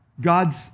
God's